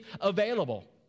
available